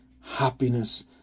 happiness